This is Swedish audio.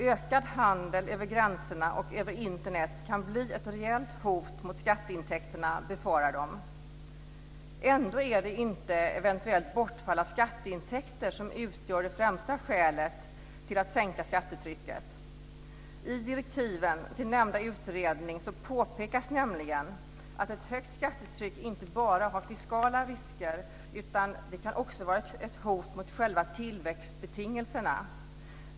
Ökad handel över gränserna och över Internet kan bli ett reellt hot mot skatteintäkterna, befarar de. Ändå är det inte ett eventuellt bortfall av skatteintäkter som utgör det främsta skälet till att lindra skattetrycket. I direktiven till nämnda utredning påpekas nämligen att ett högt skattetryck inte bara har fiskala risker. Det kan också vara ett hot mot själva tillväxtbetingelserna.